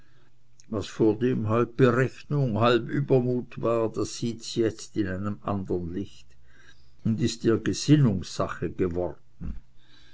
was vordem halb berechnung halb übermut war das sieht sie jetzt in einem andern licht und ist ihr gesinnungssache geworden